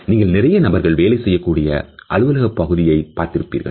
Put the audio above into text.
நீங்கள் நிறைய நபர்கள் வேலை செய்யக்கூடிய அலுவலக பகுதியை பார்த்திருப்பீர்கள்